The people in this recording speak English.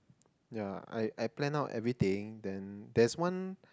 yeah I I plan out everything then there's one